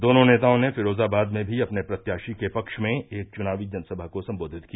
दोनों नेताओं ने फिरोजाबाद में भी अपने प्रत्याशी के पक्ष में एक चुनावी जनसभा को सम्बोधित किया